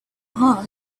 heart